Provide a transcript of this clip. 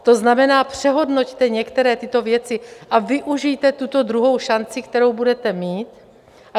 To znamená, přehodnoťte některé tyto věci a využijte tuto druhou šanci, kterou budete mít.